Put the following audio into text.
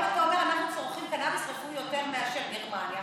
אם אתה אומר שאנחנו צורכים קנביס רפואי יותר מאשר גרמניה,